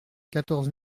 quatorze